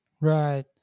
Right